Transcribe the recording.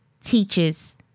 teaches